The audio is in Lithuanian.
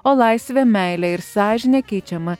o laisvė meilė ir sąžinė keičiama